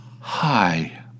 Hi